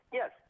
yes